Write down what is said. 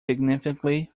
significantly